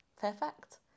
Perfect